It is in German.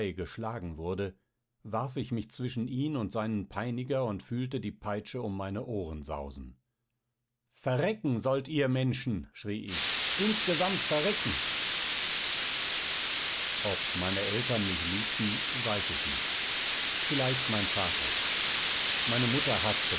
geschlagen wurde warf ich mich zwischen ihn und seinen peiniger und fühlte die peitsche um meine ohren sausen verrecken sollt ihr menschen schrie ich insgesamt verrecken ob meine eltern mich liebten weiß ich nicht vielleicht mein vater meine mutter haßte